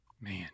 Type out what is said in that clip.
Man